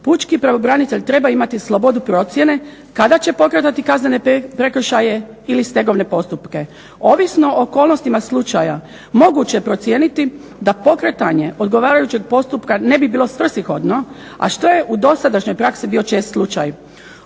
pučki pravobranitelj treba imati slobodu procjene kada će pokretati kaznene prekršaje ili stegovne postupke. Ovisno o okolnostima slučaja moguće je procijeniti da pokretanje odgovarajućeg postupka ne bi bilo svrsishodno, a što je u dosadašnjoj praksi bio čest slučaj.